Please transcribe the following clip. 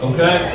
Okay